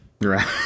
Right